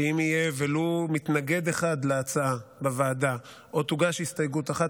שאם יהיה ולו מתנגד אחד להצעה בוועדה או תוגש הסתייגות אחת,